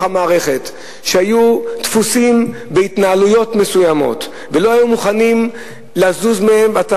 המערכת שהיו תפוסים בהתנהלויות מסוימות ולא היו מוכנים לזוז מהן.